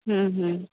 હમ હમ